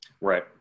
Right